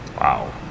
Wow